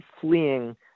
fleeing